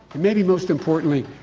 maybe most importantly,